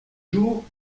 jours